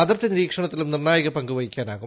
അതിർത്തി നിരീക്ഷണത്തിലും നിർണ്ണായക പങ്ക് വഹിക്കാനാകും